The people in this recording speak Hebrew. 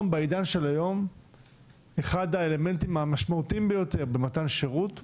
בעידן של היום אחד האלמנטים המשמעותיים ביותר במתן שירות,